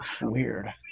Weird